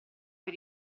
per